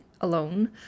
alone